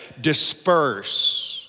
disperse